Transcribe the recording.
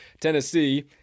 Tennessee